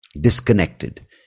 disconnected